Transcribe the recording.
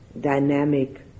dynamic